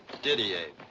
did he, abe?